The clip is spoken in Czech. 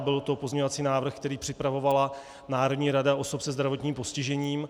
Byl to pozměňovací návrh, který připravovala Národní rada osob se zdravotním postižením.